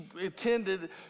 attended